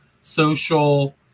social